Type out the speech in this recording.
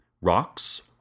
Rocks